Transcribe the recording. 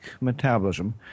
metabolism